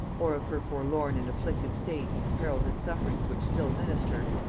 or of her forlorn and afflicted state and the perils and sufferings which still menaced her,